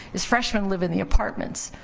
as freshman live in the apartments?